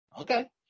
Okay